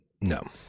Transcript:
no